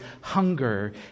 hunger